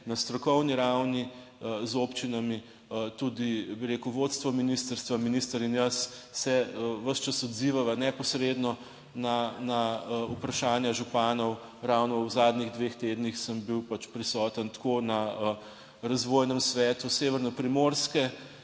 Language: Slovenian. na strokovni ravni z občinami, tudi bi rekel, vodstvo ministrstva. Minister in jaz se ves čas odzivava neposredno na vprašanja županov. Ravno v zadnjih dveh tednih sem bil pač prisoten tako na razvojnem svetu severnoprimorske,